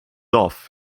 off